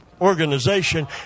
organization